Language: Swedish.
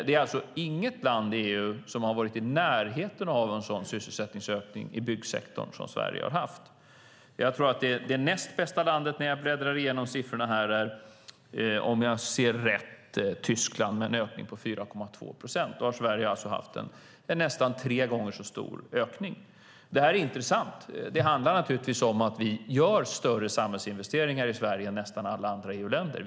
Det är alltså inget land i EU som har varit i närheten av en sådan sysselsättningsökning i byggsektorn som Sverige har haft. När jag bläddrar igenom siffrorna här tror jag att det näst bästa landet - om jag ser rätt - är Tyskland, med en ökning på 4,2 procent. Sverige har alltså haft en nästan tre gånger så stor ökning. Det här är intressant. Det handlar naturligtvis om att vi gör större samhällsinvesteringar i Sverige än nästan alla andra EU-länder.